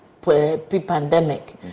pre-pandemic